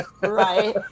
Right